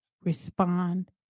respond